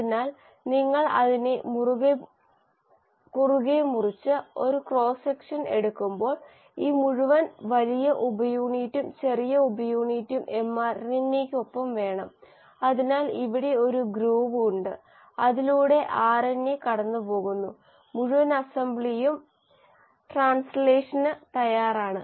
അതിനാൽ നിങ്ങൾ അതിനെ കുറുകെ മുറിച്ച് ഒരു ക്രോസ് സെക്ഷൻ കാണുമ്പോൾ ഈ മുഴുവൻ വലിയ ഉപയൂണിറ്റും ചെറിയ ഉപയൂണിറ്റും mRNA യ്ക്കൊപ്പം വേണം അതിനാൽ ഇവിടെ ഒരു ഗ്രൂവ് ഉണ്ട് അതിലൂടെ ആർഎൻഎ കടന്നുപോകുന്നു മുഴുവൻ അസംബ്ലിയും ട്രാൻസ്ലേഷന് തയ്യാറാണ്